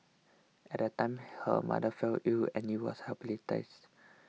at the time her mother fell you and you was hospitalised